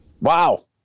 Wow